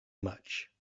much